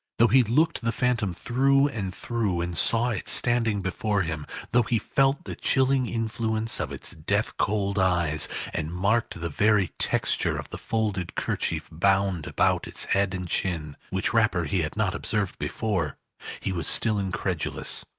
though he looked the phantom through and through, and saw it standing before him though he felt the chilling influence of its death-cold eyes and marked the very texture of the folded kerchief bound about its head and chin, which wrapper he had not observed before he was still incredulous,